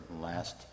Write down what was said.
last